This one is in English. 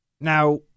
Now